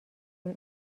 این